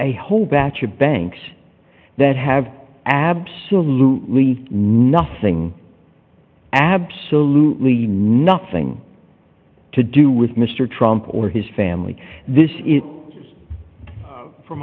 a whole batch of banks that have absolutely nothing absolutely nothing to do with mr trump or his family this